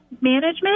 management